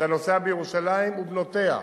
אתה נוסע בירושלים ובנותיה,